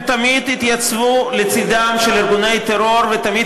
הם תמיד יתייצבו לצדם של ארגוני טרור ותמיד